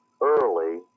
early